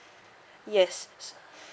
yes